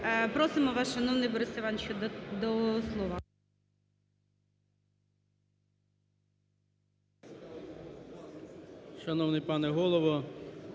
Просимо вас, шановний Борисе Івановичу, до слова.